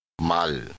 Mal